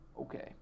okay